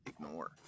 ignore